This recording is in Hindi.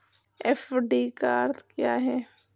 एफ.डी का अर्थ क्या है?